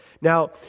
Now